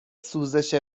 سوزش